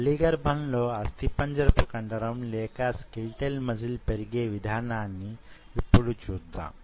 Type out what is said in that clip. తల్లి గర్భంలో అస్థిపంజరంపు కండరం లేక స్కెలిటల్ మజిల్ పెరిగే విధానాన్నియిపుడు చూద్దాం